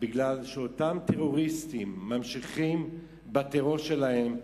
מפני שאותם טרוריסטים ממשיכים בטרור שלהם,